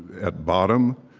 at bottom,